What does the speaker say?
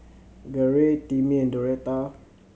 Garey Timmie and Doretta